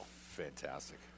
Fantastic